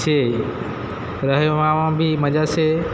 છે રહેવામાં બી મજા છે